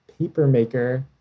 Papermaker